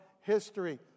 history